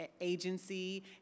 agency